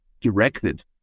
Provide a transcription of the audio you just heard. directed